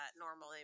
normally